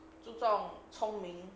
注重聪明